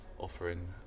Offering